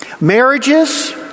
marriages